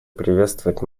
приветствовать